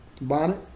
bonnet